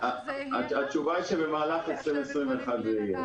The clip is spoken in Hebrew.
התשובה היא שבמהלך שנת 2021 זה יהיה.